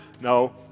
No